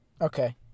okay